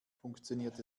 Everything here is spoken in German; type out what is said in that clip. funktioniert